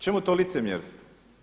Čemu to licemjerstvo?